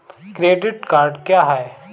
Credit card क्या है?